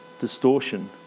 distortion